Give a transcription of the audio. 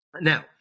Now